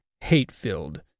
hate-filled